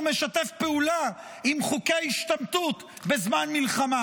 משתף פעולה עם חוקי ההשתמטות בזמן מלחמה,